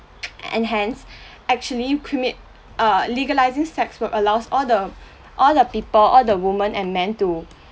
and hence actually crimi~ err legalizing sex works allows all the all the people all the women and men to